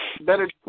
better